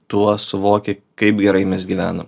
tuo suvoki kaip gerai mes gyvenam